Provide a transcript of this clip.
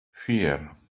vier